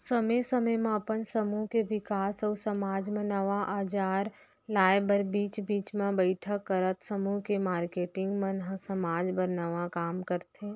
समे समे म अपन समूह के बिकास अउ समाज म नवा अंजार लाए बर बीच बीच म बइठक करत समूह के मारकेटिंग मन ह समाज बर नवा काम करथे